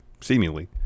seemingly